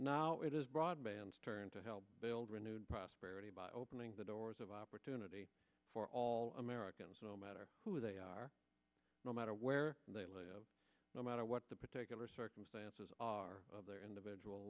now it is broadband turn to help build renewed prosperity by opening the doors of opportunity for all americans no matter who they are no matter where they live no matter what the particular circumstances are of their individual